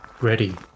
ready